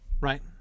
right